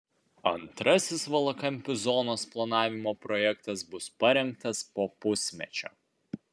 antrasis valakampių zonos planavimo projektas bus parengtas po pusmečio